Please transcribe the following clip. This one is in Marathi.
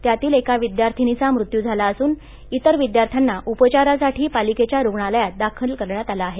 त्यातील एका विद्यार्थिनीचा मृत्यू झाला असून इतर विद्यार्थ्यांना उपचारासाठी पालिकेच्या रुग्णालयात दाखल करण्यात आलं आहे